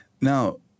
Now